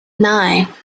nine